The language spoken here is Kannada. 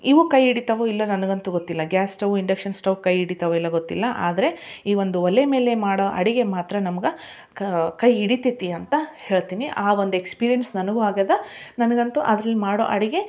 ಇವು ಕೈ ಹಿಡಿತಾವೊ ಇಲ್ಲೋ ನನಗಂತೂ ಗೊತ್ತಿಲ್ಲ ಗ್ಯಾಸ್ ಸ್ಟವು ಇಂಡಕ್ಷನ್ ಸ್ಟವ್ ಕೈ ಹಿಡಿತಾವೊ ಇಲ್ಲೋ ಗೊತ್ತಿಲ್ಲ ಆದರೆ ಈ ಒಂದು ಒಲೆ ಮೇಲೆ ಮಾಡೋ ಅಡುಗೆ ಮಾತ್ರ ನಮ್ಗೆ ಕೈ ಹಿಡಿತದೆ ಅಂತ ಹೇಳ್ತೀನಿ ಆ ಒಂದು ಎಕ್ಸ್ಪೀರಿಯನ್ಸ್ ನನಗೂ ಆಗಿದೆ ನನಗಂತೂ ಅದ್ರಲ್ಲಿ ಮಾಡೋ ಅಡುಗೆ